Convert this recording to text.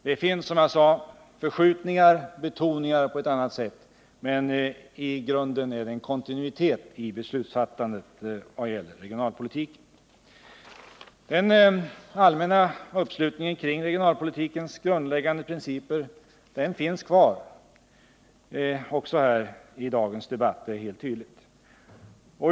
Det finns, som jag sade, förskjutningar och betoningar på ett annat sätt, men i grunden råder det kontinuitet i beslutsfattandet när det gäller regionalpolitiken. Den allmänna uppslutningen kring regionalpolitikens grundläggande principer finns kvar också i dag, det är helt tydligt.